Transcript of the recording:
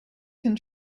can